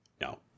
No